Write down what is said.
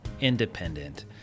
independent